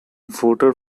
voter